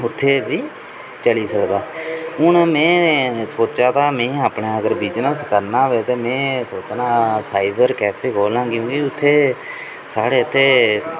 उत्थै बी चली सकदा हून में सोचा दा में अपने अगर बिजनेस करना होऐ ते में सोचा ना साइबर कैफे खोह्लां क्योंकि उत्थै साढ़े इत्थै